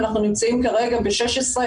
אנחנו נמצאים כרגע ב-16,